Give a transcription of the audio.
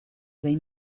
zijn